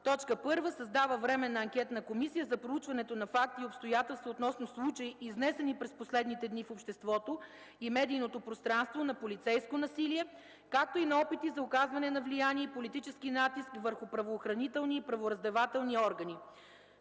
РЕШИ: 1. Създава Временна анкетна комисия за проучването на факти и обстоятелства относно случаи, изнесени през последните дни в обществото и медийното пространство на полицейско насилие, както и на опити за оказване на влияние и политически натиск върху правоохранителни и правораздавателни органи.